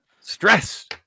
Stress